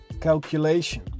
calculation